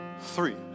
Three